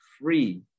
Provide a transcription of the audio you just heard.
free